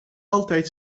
altijd